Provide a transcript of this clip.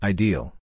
Ideal